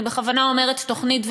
אני בכוונה אומרת תוכנית,